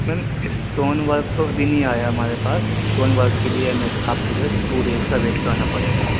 میم stone work تو ابھی نہیں آیا ہمارے پاس اسٹون ورک کے لیے ہمیں جو آپ کو جو ہے ٹو ڈیز کا ویٹ کرنا پڑے گا